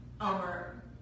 over